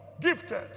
gifted